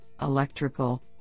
Electrical